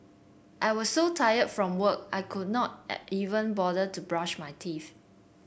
I was so tired from work I could not at even bother to brush my teeth